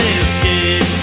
escape